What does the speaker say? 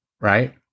Right